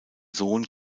sohn